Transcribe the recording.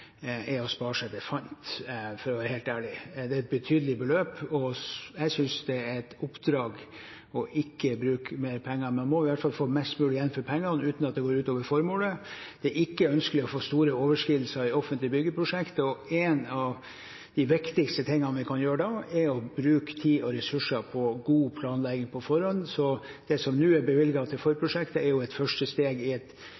fant, for å være helt ærlig. Det er et betydelig beløp, og jeg synes det er et oppdrag å ikke bruke mer penger enn man må. Man må i hvert fall få mest mulig igjen for pengene uten at det går ut over formålet. Det er ikke ønskelig å få store overskridelser i offentlige byggeprosjekt, og noe av det viktigste vi kan gjøre da, er å bruke tid og ressurser på god planlegging på forhånd. Så det som nå er bevilget til forprosjektet, er et